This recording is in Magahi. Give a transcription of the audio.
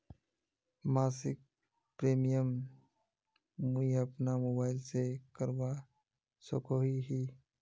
मासिक प्रीमियम मुई अपना मोबाईल से करवा सकोहो ही?